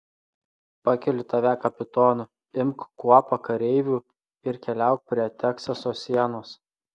pakeliu tave kapitonu imk kuopą kareivių ir keliauk prie teksaso sienos